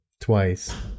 twice